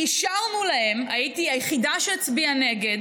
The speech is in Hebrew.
אישרנו להם, הייתי היחידה שהצביעה נגד